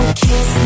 kiss